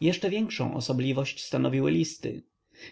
jeszcze większą osobliwość stanowiły listy